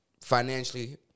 financially